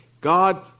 God